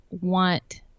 want